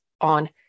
on